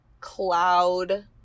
cloud